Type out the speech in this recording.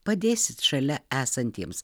padėsit šalia esantiems